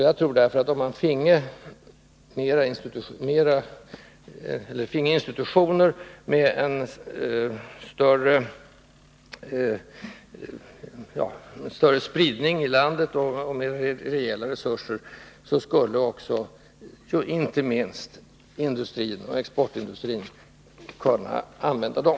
Jag tror därför, att om man finge flera institutioner i landet och med rejäla resurser skulle inte minst industrin och exportindustrin ha glädje av att använda dem.